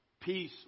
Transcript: peace